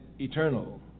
eternal